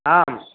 आम्